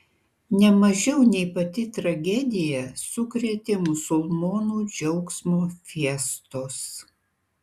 ne mažiau nei pati tragedija sukrėtė musulmonų džiaugsmo fiestos